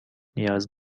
نیاز